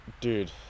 dude